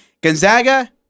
Gonzaga